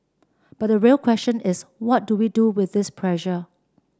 but the real question is what do we do with this pressure